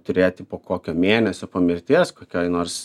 turėti po kokio mėnesio po mirties kokioj nors